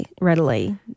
readily